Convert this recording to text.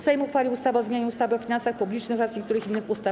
Sejm uchwalił ustawę o zmianie ustawy o finansach publicznych oraz niektórych innych ustaw.